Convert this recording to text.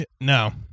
No